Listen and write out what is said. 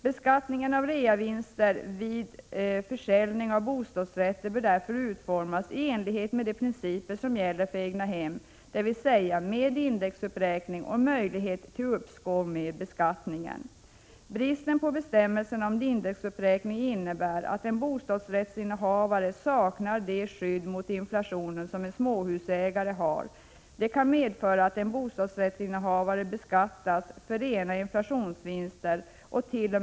Beskattningen av reavinster vid försäljning av bostadsrätter bör därför utformas i enlighet med de principer som gäller för försäljning av egna hem, dvs. med indexuppräkning och möjlighet till uppskov med beskattningen. Bristen på bestämmelser om indexuppräkning innebär att en bostadsrättsinnehavare saknar det skydd mot inflationen som en småhusägare har. Det kan medföra att en bostadsrättsinnehavare beskattas för rena inflationsvinster ocht.o.m.